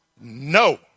no